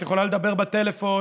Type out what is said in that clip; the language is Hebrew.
את יכולה לדבר בטלפון,